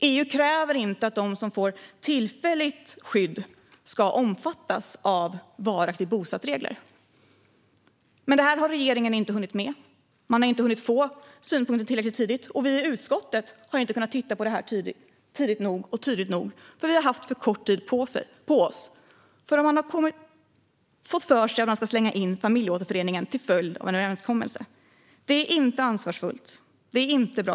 EU kräver inte att de som får tillfälligt skydd ska omfattas av regler för varaktigt bosatta. Men detta har regeringen inte hunnit med. Man har inte hunnit få synpunkter tillräckligt tidigt. Vi i utskottet har inte kunnat titta på det här tidigt nog och tydligt nog. Vi har haft för kort tid på oss. Man har fått för sig att man ska slänga in familjeåterföreningen till följd av en överenskommelse. Det är inte ansvarsfullt. Det är inte bra.